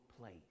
place